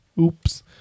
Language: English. Oops